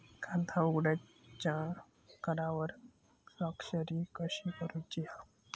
खाता उघडूच्या करारावर स्वाक्षरी कशी करूची हा?